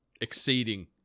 exceeding